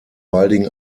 baldigen